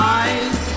eyes